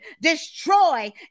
Destroy